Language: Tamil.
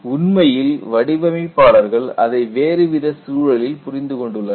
உண்மையில் வடிவமைப்பாளர்கள் அதை வேறு வித சூழலில் புரிந்து கொண்டுள்ளனர்